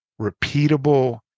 repeatable